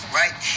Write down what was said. right